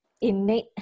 innate